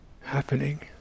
happening